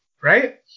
Right